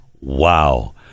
Wow